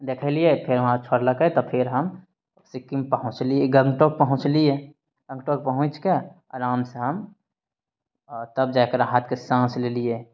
देखेलियै फेर हमरा छोड़लकै तऽ फेर हम सिक्किम पहुँचलियै गंगटोक पहुँचलियै गंगटोक पहुँच कऽ आरामसँ हम तब जा कर राहतके साँस लेलियै